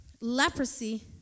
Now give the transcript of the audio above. Leprosy